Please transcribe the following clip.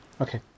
Okay